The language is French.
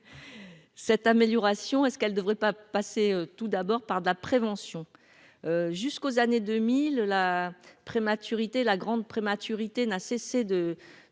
cette amélioration est-ce qu'elle devrait pas passer tout d'abord par la prévention, jusqu'aux années 2000 la prématurité, la grande prématurité n'a cessé de,